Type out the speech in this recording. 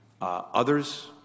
others